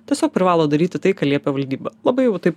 tiesiog privalo daryti tai ką liepia valdyba labai jau taip